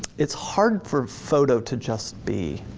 it's hard for photo to just be